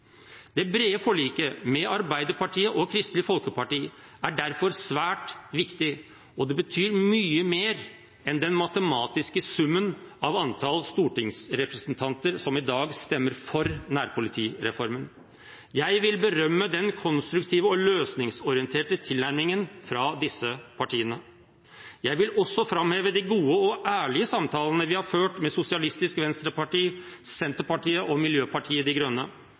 Det brede forliket med Arbeiderpartiet og Kristelig Folkeparti er derfor svært viktig, og det betyr mye mer enn den matematiske summen av antall stortingsrepresentanter som i dag stemmer for nærpolitireformen. Jeg vil berømme den konstruktive og løsningsorienterte tilnærmingen fra disse partiene. Jeg vil også framheve de gode og ærlige samtalene vi har ført med Sosialistisk Venstreparti, Senterpartiet og Miljøpartiet De Grønne.